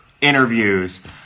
interviews